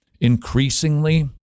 increasingly